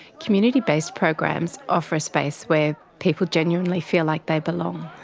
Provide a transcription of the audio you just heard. community-based programs offer a space where people genuinely feel like they belong.